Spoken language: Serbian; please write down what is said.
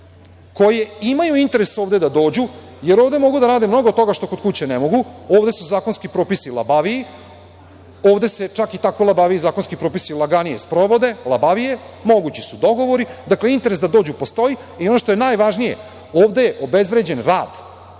koji imaju interes ovde da dođu jer ovde mogu da rade mnogo toga što kod kuće ne mogu. Ovde su zakonski propisi labaviji. Ovde se čak i tako labaviji zakonski propisi laganije sprovode, labavije. Mogući su dogovori. Dakle, interes da dođu postoji i, ono što je najvažnije, ovde je obezvređen rad.